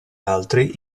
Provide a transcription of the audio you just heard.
altri